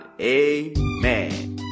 amen